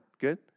Good